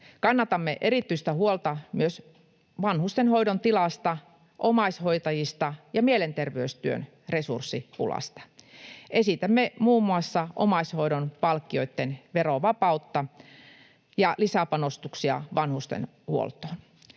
Kannamme erityistä huolta myös vanhustenhoidon tilasta, omaishoitajista ja mielenterveystyön resurssipulasta. Esitämme muun muassa omaishoidon palkkioitten verovapautta ja lisäpanostuksia vanhustenhuoltoon.